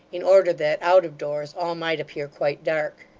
in order that, out of doors, all might appear quite dark.